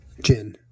Gin